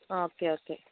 okay okay